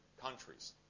countries